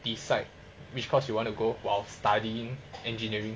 decide which course you want to go while studying engineering